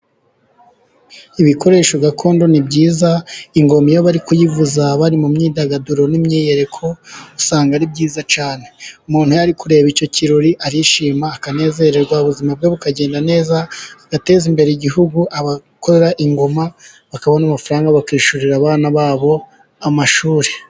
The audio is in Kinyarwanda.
Ibikoresho gakondo ni byiza， ingoma iyo bari kuyivuza bari mu myidagaduro n'imyiyereko， usanga ari byiza cyane. umuntu iyo ari kureba icyo kirori arishima， akanezererwa ubuzima bwe bukagenda neza，agateza imbere igihugu abakora ingoma， bakabona amafaranga bakishyurira abana babo amashuri.